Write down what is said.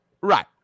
Right